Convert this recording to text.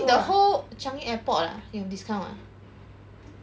you mean the whole changi airport ah 有 discount ah